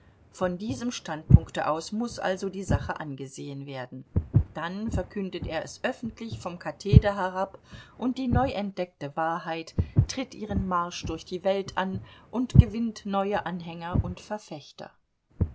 von diesem standpunkte aus muß also die sache angesehen werden dann verkündet er es öffentlich vom katheder herab und die neuentdeckte wahrheit tritt ihren marsch durch die welt an und gewinnt neue anhänger und verfechter